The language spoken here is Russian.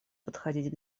подходить